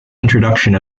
introduction